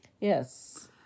Yes